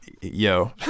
yo